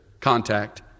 contact